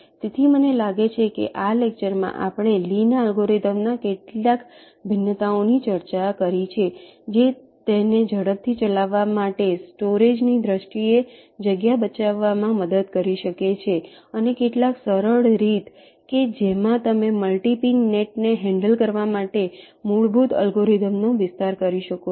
તેથી મને લાગે છે કે આ લેક્ચરમાં આપણે લીના અલ્ગોરિધમના કેટલાક ભિન્નતાઓની ચર્ચા કરી છે જે તેને ઝડપથી ચલાવવા માટે સ્ટોરેજની દ્રષ્ટિએ જગ્યા બચાવવામાં મદદ કરી શકે છે અને કેટલાક સરળ રીત કે જેમાં તમે મલ્ટી પિન નેટને હેન્ડલ કરવા માટે મૂળભૂત અલ્ગોરિધમનો વિસ્તાર કરી શકો છો